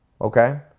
Okay